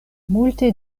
multe